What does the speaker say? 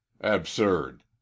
Absurd